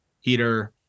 heater